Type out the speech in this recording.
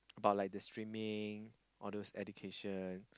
or like the streaming all those education